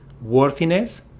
worthiness